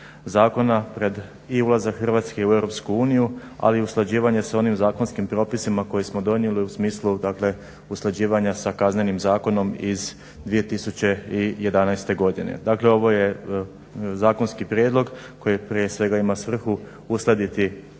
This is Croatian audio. zakona pred i ulazak Hrvatske u Europsku uniju, ali i usklađivanje s onim zakonskim propisima koje smo donijeli u smislu usklađivanja sa Kaznenim zakonom iz 2011. godine. Dakle ovo je zakonski prijedlog koji prije svega ima svrhu uskladiti